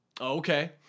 okay